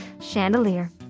Chandelier